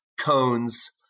cones